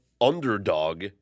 underdog